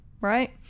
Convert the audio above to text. Right